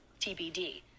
tbd